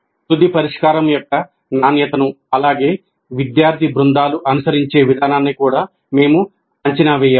తుది పరిష్కారం యొక్క నాణ్యతను అలాగే విద్యార్థి బృందాలు అనుసరించే విధానాన్ని కూడా మేము అంచనా వేయాలి